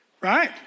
right